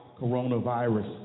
coronavirus